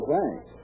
Thanks